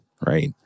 right